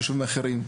לישובים אחרים.